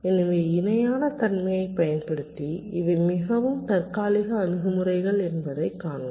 எனவே இணையான தன்மையைப் பயன்படுத்தி இவை மிகவும் தற்காலிக அணுகுமுறைகள் என்பதைக் காண்க